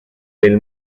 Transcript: del